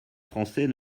français